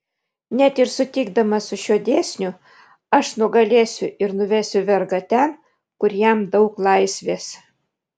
net ir sutikdamas su šiuo dėsniu aš nugalėsiu ir nuvesiu vergą ten kur jam daug laisvės